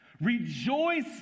rejoice